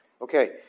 Okay